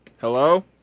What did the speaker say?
Hello